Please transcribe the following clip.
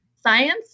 science